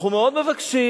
אנחנו מאוד מבקשים.